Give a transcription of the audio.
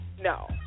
no